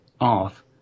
off